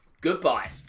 goodbye